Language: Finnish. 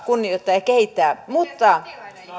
kunnioittaa ja kehittää mutta